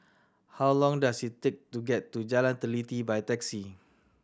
how long does it take to get to Jalan Teliti by taxi